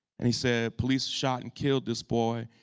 and he said police shot and killed this boy.